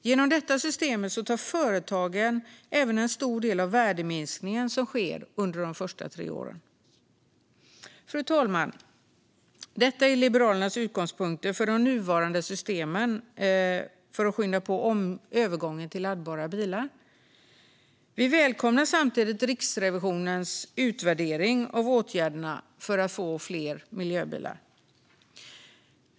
Genom detta system tar företagen även en stor del av värdeminskningen som sker under de första tre åren. Fru talman! Detta är Liberalernas utgångspunkter för de nuvarande systemen för att skynda på övergången till laddbara bilar. Vi välkomnar samtidigt Riksrevisionens utvärdering av åtgärderna för att få fler miljöbilar.